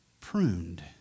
pruned